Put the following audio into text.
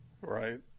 Right